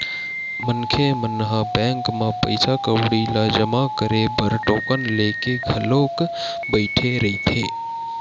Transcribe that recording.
मनखे मन ह बैंक म पइसा कउड़ी ल जमा करे बर टोकन लेके घलोक बइठे रहिथे